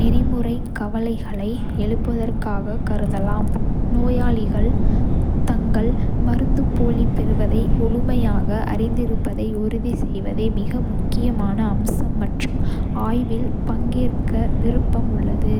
நெறிமுறைக் கவலைகளை எழுப்புவதாகவும் கருதலாம். நோயாளிகள் தாங்கள் மருந்துப்போலி பெறுவதை முழுமையாக அறிந்திருப்பதை உறுதி செய்வதே மிக முக்கியமான அம்சம் மற்றும் ஆய்வில் பங்கேற்க விருப்பம் உள்ளது.